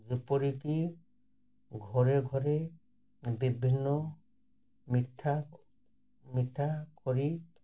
ଯେପରିକି ଘରେ ଘରେ ବିଭିନ୍ନ ମିଠା ମିଠା କରି